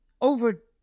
over